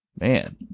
Man